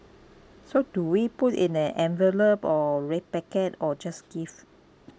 so do we put in an envelope or red packet or just give